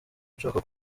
nshaka